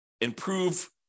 improve